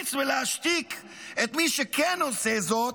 להשמיץ ולהשתיק את מי שכן עושה זאת,